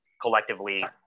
collectively